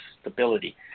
stability